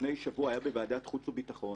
שלפני שבוע היה בוועדת חוץ וביטחון